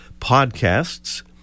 podcasts